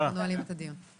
אנחנו נועלים את הדיון.